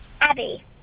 Abby